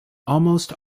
almost